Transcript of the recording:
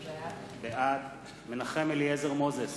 בעד מנחם אליעזר מוזס,